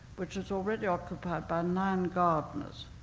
which was already occupied by nine gardeners.